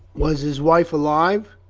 was his wife alive?